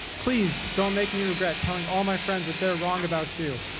please don't make me regret telling all my friends that they're wrong about you.